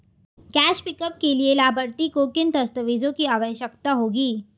Cash pickup के लिए लाभार्थी को किन दस्तावेजों की आवश्यकता होगी?